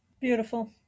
beautiful